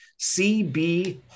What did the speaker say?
CB